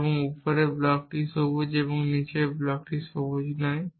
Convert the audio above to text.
এবং উপরের ব্লকটি সবুজ এবং নীচের ব্লকটি সবুজ নয়